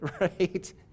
right